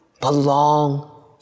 belong